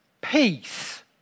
Peace